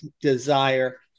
desire